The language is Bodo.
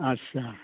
आच्चा